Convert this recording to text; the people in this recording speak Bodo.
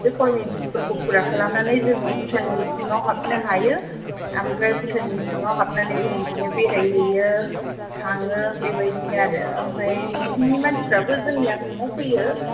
बे फरमेलेथिसफोरखौ फुरा खालामनानै जोङो भुटाननि सिङाव हाबनो हायो ओमफ्राय भुटाननि सिङाव हाबनानै जों बिदिनो बेरायहैयो थाङो बेबायदिनो आरो ओमफ्राय बिसोरनि मानसिफ्राबो जोंनि आसामाव फैयो